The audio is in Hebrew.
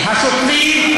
מה זה הדבר הזה?